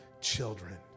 children